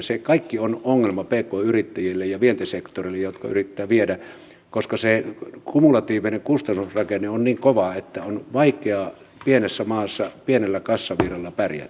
se kaikki on ongelma pk yrittäjille ja vientisektorille jotka yrittävät viedä koska se kumulatiivinen kustannusrakenne on niin kova että on vaikeaa pienessä maassa pienellä kassavirralla pärjätä